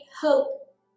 hope